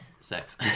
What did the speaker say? sex